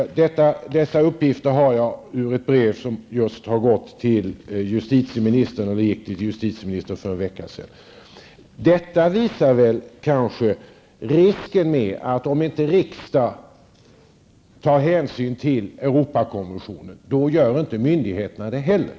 Dessa uppgifter har jag från ett brev som gick till justitieministern för en vecka sedan. Den risk som ligger i detta är: Om inte riksdagen tar hänsyn till Europakonventionen, gör inte myndigheterna det heller.